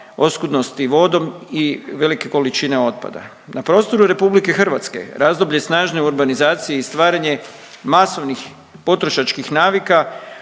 oskudnosti vodom i velike količine otpada. Na prostoru Republike Hrvatske razdoblje snažne urbanizacije i stvaranje masovnih potrošačkih navika